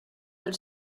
del